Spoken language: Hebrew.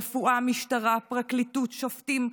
רפואה, משטרה, פרקליטות, שופטים,